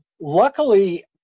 Luckily